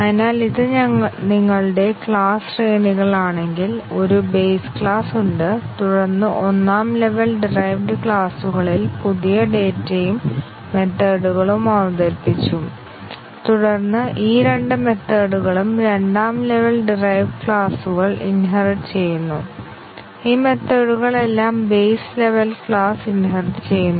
അതിനാൽ ഇത് നിങ്ങളുടെ ക്ലാസ് ശ്രേണികളാണെങ്കിൽ ഒരു ബേസ് ക്ലാസ്സ് ഉണ്ട് തുടർന്ന് ഒന്നാം ലെവൽ ഡിറൈവ്ഡ് ക്ലാസുകളിൽ പുതിയ ഡാറ്റയും മെത്തേഡ്കളും അവതരിപ്പിച്ചു തുടർന്ന് ഈ രണ്ട് മെത്തേഡ്കളും രണ്ടാം ലെവൽ ഡിറൈവ്ഡ് ക്ലാസുകൾ ഇൻഹെറിറ്റ് ചെയ്യുന്നു ഈ മെത്തേഡ്കൾ എല്ലാം ബേസ് ലെവൽ ക്ലാസ് ഇൻഹെറിറ്റ് ചെയ്യുന്നു